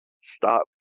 stop